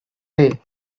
day